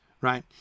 right